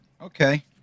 Okay